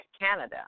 Canada